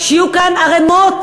שיהיו כאן ערמות,